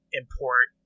import